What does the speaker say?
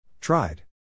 Tried